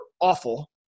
awful